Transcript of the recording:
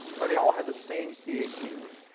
or they all had the same c eighteen group.